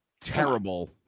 Terrible